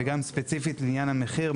וגם ספציפית עניין המחיר,